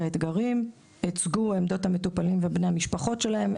האתגרים; הוצגו עמדות המטופלים ובני המשפחות שלהם,